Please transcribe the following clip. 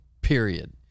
period